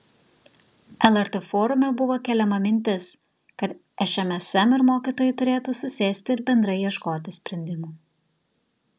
lrt forume buvo keliama mintis kad šmsm ir mokytojai turėtų susėsti ir bendrai ieškoti sprendimų